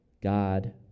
God